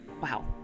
wow